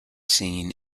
seen